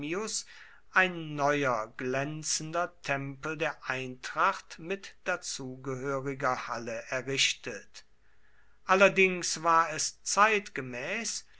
ein neuer glänzender tempel der eintracht mit dazugehöriger halle errichtet allerdings war es zeitgemäß